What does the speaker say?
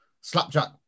Slapjack